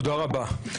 תודה רבה.